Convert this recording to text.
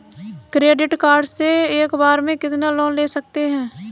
Credit card से एक बार में कितना लोन ले सकते हैं?